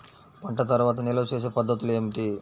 పంట తర్వాత నిల్వ చేసే పద్ధతులు ఏమిటి?